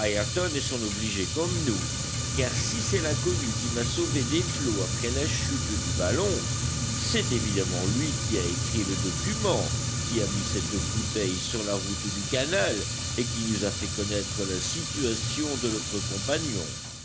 est son obligé comme nous car si c'est l'inconnu qui m'a sauvé des flots après la chute du ballon c'est évidemment lui qui a écrit le document qui a mis cette bouteille sur la route du canal et qui nous a fait connaître la situation de notre compagnon